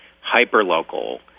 hyper-local